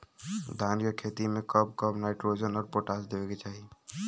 धान के खेती मे कब कब नाइट्रोजन अउर पोटाश देवे के चाही?